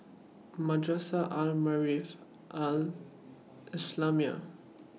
Madrasah Al Maarif Al Islamiah